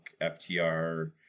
FTR